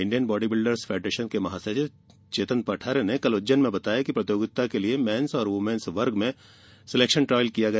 Indian body builders federation के महासचिव चेतन पठारे ने कल उज्जैन में बताया कि प्रतियोगिता के लिए मेंस और वुमेन्स वर्ग में सिलेक्शन ट्रॉयल किया गया